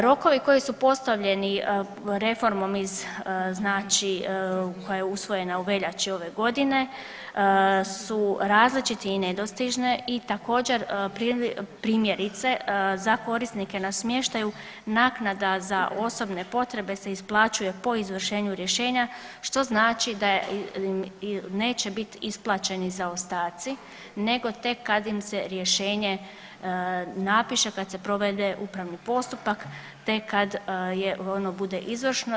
Rokovi koji su postavljeni reformom iz znači koja je usvojena u veljači ove godine su različite i nedostižne i također primjerice za korisnike na smještaju naknada za osobne potrebe se isplaćuje po izvršenju rješenja što znači da neće bit isplaćeni zaostaci, nego tek kad im se rješenje napiše, kad se provede upravni postupak te kad ono bude izvršeno.